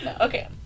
Okay